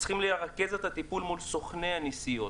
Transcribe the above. צריכים לרכז את הטיפול מול סוכני הנסיעות.